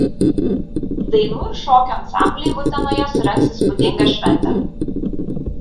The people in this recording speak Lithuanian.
dainų ir šokių ansambliai utenoje surengs įspūdingą šventę